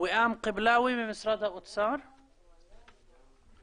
מהתיקים ומהתלונות שמוגשות על-ידי הציבור.